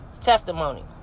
testimony